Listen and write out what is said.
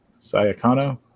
Sayakano